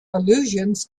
allusions